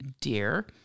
dear